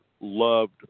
loved